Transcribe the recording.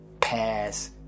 pass